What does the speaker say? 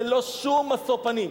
ללא שום משוא פנים.